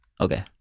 Okay